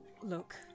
Look